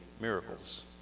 miracles